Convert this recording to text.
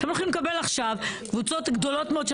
אתם הולכים לקבל עכשיו קבוצות גדולות מאוד של